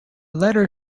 letter